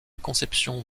conception